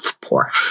poor